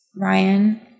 Ryan